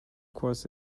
course